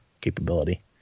capability